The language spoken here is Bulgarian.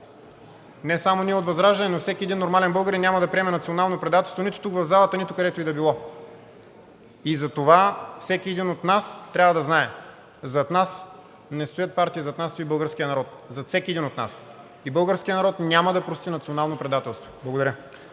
Не само ние от ВЪЗРАЖДАНЕ, но всеки един нормален българин няма да приеме национално предателство нито тук в залата, нито където и да било. И затова всеки един от нас трябва да знае – зад нас не стоят партии, зад нас стои българският народ, зад всеки един от нас, и българският народ няма да прости национално предателство. Благодаря.